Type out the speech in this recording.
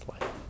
life